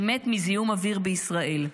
מת מזיהום אוויר בישראל.